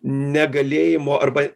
negalėjimo arba